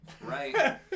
Right